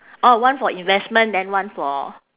orh one for investment then one for